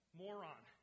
moron